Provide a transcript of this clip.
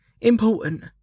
important